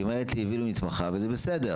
היא אומרת לי "הביאו לי מתמחה וזה בסדר",